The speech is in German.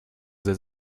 sehr